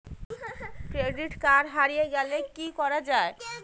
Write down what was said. Credit card হারে গেলে কি করা য়ায়?